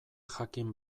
jakin